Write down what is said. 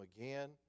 again